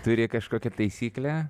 turi kažkokią taisyklę